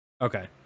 Okay